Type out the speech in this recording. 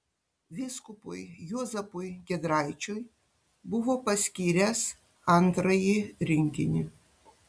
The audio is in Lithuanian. vyskupui juozapui giedraičiui buvo paskyręs antrąjį rinkinį